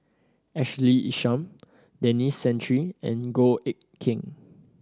Ashley Isham Denis Santry and Goh Eck Kheng